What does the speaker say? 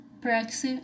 practice